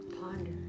Ponder